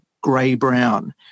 grey-brown